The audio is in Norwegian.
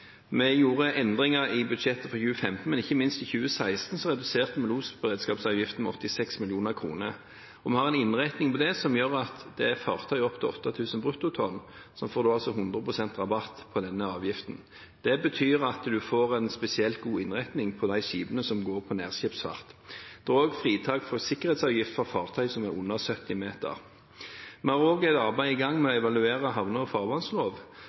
Vi gjorde endringer i budsjettet for 2015, men ikke minst i 2016 reduserte vi losberedskapsavgiften med 86 mill. kr. Vi har en innretning der som gjør at fartøy opptil 8 000 bruttotonn får 100 pst. rabatt på denne avgiften. Det betyr at du får en spesielt god innretning for skipene som går som nærskipsfart. Det er også fritak fra sikkerhetsavgift for fartøy på under 70 m. Vi har også et arbeid i gang med å evaluere havne- og